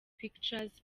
pictures